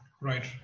right